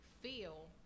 feel